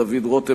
דוד רותם,